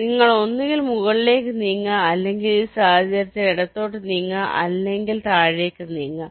നിങ്ങൾ ഒന്നുകിൽ മുകളിലേക്ക് നീങ്ങുക അല്ലെങ്കിൽ ഈ സാഹചര്യത്തിൽ ഇടത്തോട്ട് നീങ്ങുക അല്ലെങ്കിൽ ഈ സാഹചര്യത്തിൽ താഴേക്ക് നീങ്ങുക